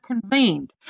convened